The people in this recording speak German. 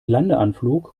landeanflug